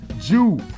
jew